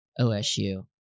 OSU